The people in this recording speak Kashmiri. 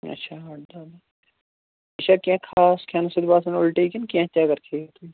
اچھا آٹھ دَہ دۄہ یہِ چھا کیٚنٛہہ خاص کھیٚنہٕ سۭتۍ باسان اُلٹی کِنہٕ کیٚنٛہہ تہِ اگر کھیٚیِو تُہۍ